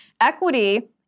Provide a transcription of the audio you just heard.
Equity